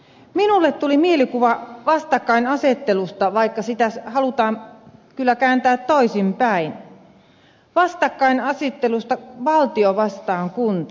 minulle tuli mielikuva vastakkainasettelusta vaikka sitä halutaan kyllä kääntää toisinpäin vastakkainasettelusta valtio vastaan kunta